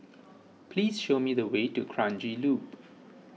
please show me the way to Kranji Loop